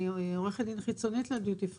אני עורכת דין חיצונית לדיוטי פרי,